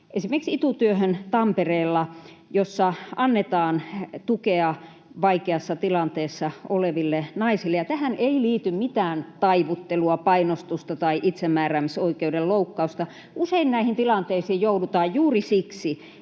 esimerkiksi Tampereella Itu-työhön, jossa annetaan tukea vaikeassa tilanteessa oleville naisille. Tähän ei liity mitään taivuttelua, painostusta tai itsemääräämisoikeuden loukkausta. Usein näihin tilanteisiin joudutaan juuri siksi,